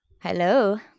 Hello